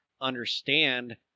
understand